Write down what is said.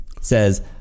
Says